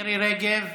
מירי רגב,